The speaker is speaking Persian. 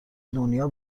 دنیا